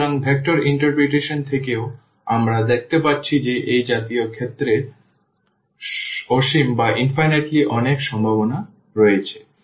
সুতরাং ভেক্টর ব্যাখ্যা থেকেও আমরা দেখতে পাচ্ছি যে এই জাতীয় ক্ষেত্রে অসীম অনেক সমাধান রয়েছে